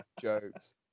jokes